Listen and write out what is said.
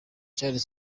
cyari